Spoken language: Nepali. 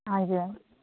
हजुर